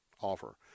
offer